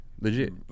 legit